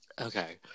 Okay